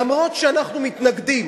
אף שאנחנו מתנגדים